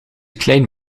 klein